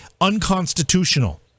unconstitutional